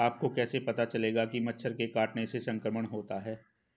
आपको कैसे पता चलेगा कि मच्छर के काटने से संक्रमण होता है?